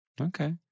Okay